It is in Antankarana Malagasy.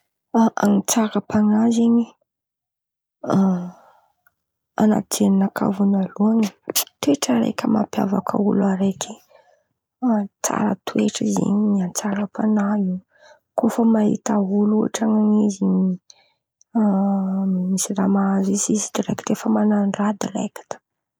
Hatsaram-pan̈ahy zen̈y an̈aty jerinakà vônaloan̈y toetra raiky mampiavaka olo araiky, tsara toetra zen̈y hatsaram-pan̈ahy io. Kô fa mahita olo ôhatra oe izy misy raha mahazo izy, izy efa man̈ano raha direkity.